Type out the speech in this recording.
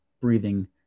breathing